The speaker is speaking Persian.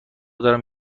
دارم